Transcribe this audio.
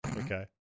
Okay